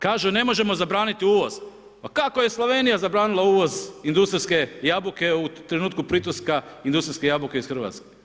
Kažu ne možemo zabraniti uvoz, pa kako je Slovenija zabranila uvoz industrijske jabuke u trenutku ... industrijske jabuke iz Hrvatske.